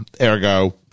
Ergo